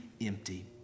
empty